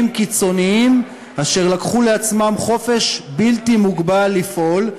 קיצוניים אשר לקחו לעצמם חופש בלתי מוגבל לפעול,